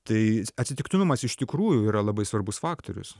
tai atsitiktinumas iš tikrųjų yra labai svarbus faktorius